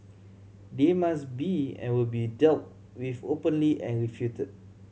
they must be and will be dealt with openly and refuted